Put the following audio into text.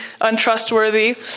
untrustworthy